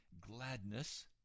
Gladness